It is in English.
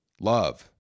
love